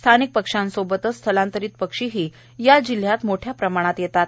स्थानिक पक्ष्यांसोबतच स्थलांतरित पक्षीही या जिल्ह्यात मोठ्या प्रमाणात येतात